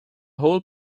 whole